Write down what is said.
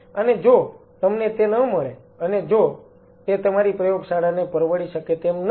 અને જો તમને તે ન મળે અને જો તે તમારી પ્રયોગશાળાને પરવડી શકે તેમ નથી